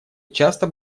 часто